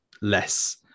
less